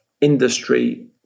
industry